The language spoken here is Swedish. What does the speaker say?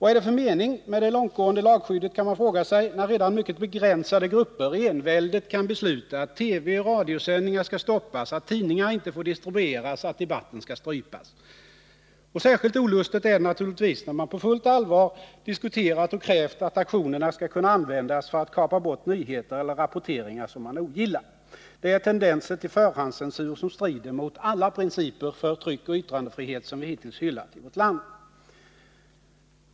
Vad är det för mening med det långtgående lagskyddet, kan vi fråga oss, när redan mycket begränsade grupper enväldigt kan besluta att TV och radiosändningar skall stoppas, att tidningar inte får distribueras, att debatten skall strypas? Särskilt olustigt är det naturligtvis när man på fullt allvar diskuterat och krävt att aktionerna skall kunna användas för att kapa bort nyheter eller rapporteringar som man ogillar. Det är tendenser till förhandscensur som strider mot alla principer för tryckoch yttrandefrihet som vi hittills hyllat i vårt land.